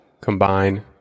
combine